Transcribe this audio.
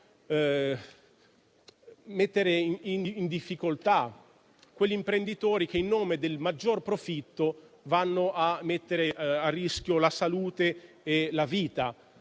mettere in difficoltà gli imprenditori che, in nome del maggior profitto, mettono a rischio la salute e la vita